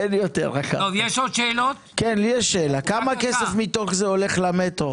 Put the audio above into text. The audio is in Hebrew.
כמה מתוך זה הולך למטרו?